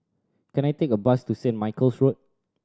can I take a bus to Saint Michael's Road